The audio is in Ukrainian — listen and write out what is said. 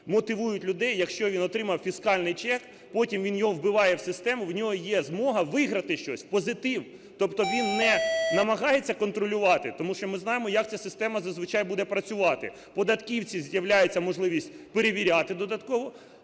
мотивують людей, якщо він отримав фіскальний чек, потім він його вбиває в систему, в нього є змога виграти щось – позитив. Тобто він не намагається контролювати, тому що ми знаємо як ця система зазвичай буде працювати: в податківців з'являється можливість перевіряти додатково,